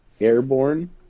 Airborne